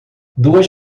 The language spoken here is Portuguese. duas